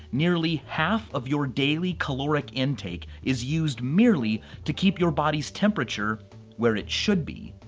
nearly half of your daily caloric intake is used merely to keep your body's temperature where it should be.